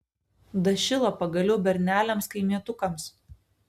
dašilo pagaliau berneliams kaimietukams